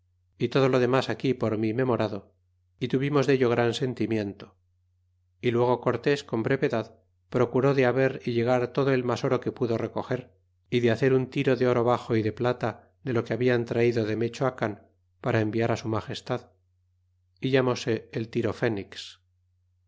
y todo lo demas aquí por mí memorado y tuvimos dello gran sentimiento y luego cortés con brevedad procuró de haber é llegar todo el mas oro que pudo recoger y de hacer un tiro de oro baxo y de plata de lo que habian traído de mechoacan para enviar á su magestad y ilamóse el tiro fenix